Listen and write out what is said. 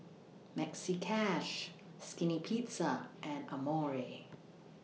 Maxi Cash Skinny Pizza and Amore